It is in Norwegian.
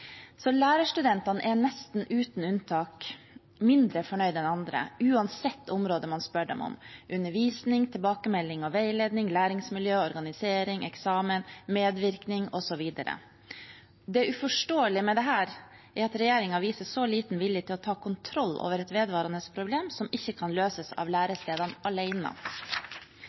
Så lærerstudentene er nesten uten unntak mindre fornøyd enn andre, uansett hvilket område man spør dem om: undervisning, tilbakemelding, veiledning, læringsmiljø, organisering, eksamen, medvirkning osv. Det uforståelige med dette er at regjeringen viser så liten vilje til å ta kontroll over et vedvarende problem som ikke kan løses av lærestedene